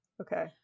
okay